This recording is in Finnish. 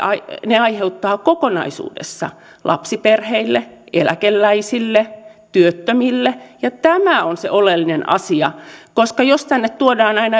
aiheuttavat kokonaisuudessaan lapsiperheille eläkeläisille ja työttömille tämä on se oleellinen asia koska jos tänne tuodaan aina